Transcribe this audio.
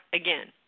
again